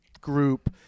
group